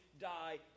die